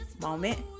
moment